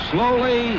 Slowly